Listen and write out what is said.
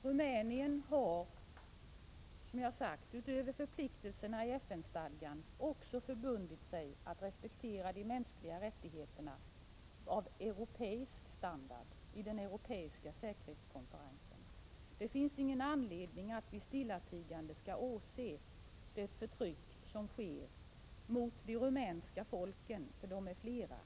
Rumänien har, som jag sagt, utöver förpliktelserna i FN-stadgan också förbundit sig att respektera de mänskliga rättigheterna av europeisk standard i den europeiska säkerhetskonferensen. Det finns ingen anledning att vi stillatigande skall åse det förtryck som sker mot de rumänska folken — de är flera.